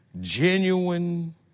genuine